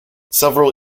several